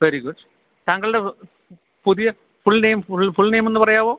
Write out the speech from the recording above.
very good താങ്കളുടെ പുതിയ full name full full നെയിമൊന്നു പറയാമോ